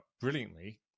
brilliantly